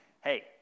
hey